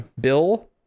Bill